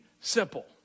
simple